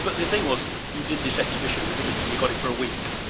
but the thing was you did this exhibition in the middle of it and you got it for a week.